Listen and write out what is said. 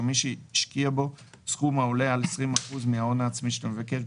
או מי שהשקיע בו סכום העולה על 20% מההון העצמי של המבקש,